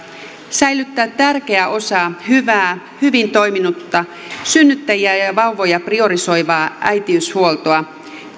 säilyttää tärkeä osa hyvää hyvin toiminutta synnyttäjiä ja ja vauvoja priorisoivaa äitiyshuoltoa